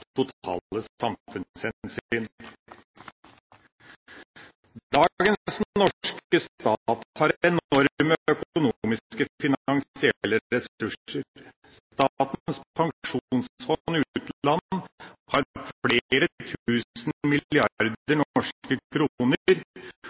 totale samfunnshensyn. Dagens norske stat har enorme økonomiske finansielle ressurser. Statens pensjonsfond utland har flere tusen milliarder